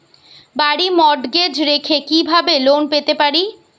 বাড়ি মর্টগেজ রেখে কিভাবে লোন পেতে পারি?